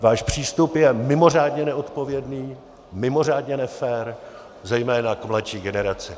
Váš přístup je mimořádně neodpovědný, mimořádně nefér zejména k mladší generaci.